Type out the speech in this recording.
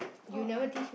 oh I